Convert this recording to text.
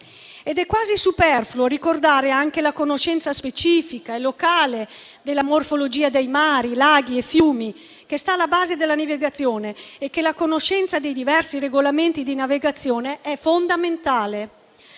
È quasi superfluo ricordare anche la conoscenza specifica e locale della morfologia di mari, laghi e fiumi, che sta alla base della navigazione, e che la conoscenza dei diversi regolamenti di navigazione è fondamentale.